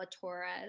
Torres